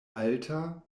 alta